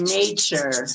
nature